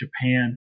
Japan